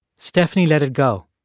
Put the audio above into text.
stephanie let it go.